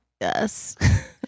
yes